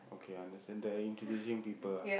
okay understand they're introducing people ah